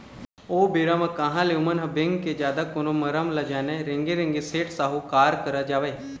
ओ बेरा म कहाँ ले ओमन ह बेंक के जादा कोनो मरम ल जानय रेंगे रेंगे सेठ साहूकार करा जावय